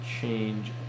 change